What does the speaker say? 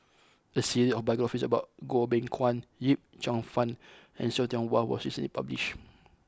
a series of biographies about Goh Beng Kwan Yip Cheong Fun and See Tiong Wah was recently published